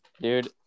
dude